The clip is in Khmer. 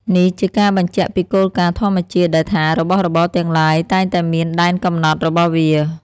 នេះជាការបញ្ជាក់ពីគោលការណ៍ធម្មជាតិដែលថារបស់របរទាំងឡាយតែងតែមានដែនកំណត់របស់វា។